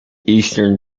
eastern